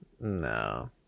No